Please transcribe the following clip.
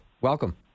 Welcome